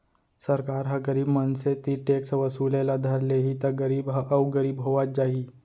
सरकार ह गरीब मनसे तीर टेक्स वसूले ल धर लेहि त गरीब ह अउ गरीब होवत जाही